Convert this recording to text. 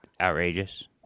outrageous